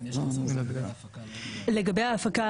אולי מינהל אוצרות הטבע יתייחסו לגבי ההפקה,